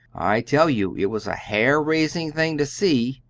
i tell you it was a hair-raising thing to see,